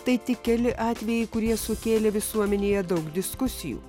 tai tik keli atvejai kurie sukėlė visuomenėje daug diskusijų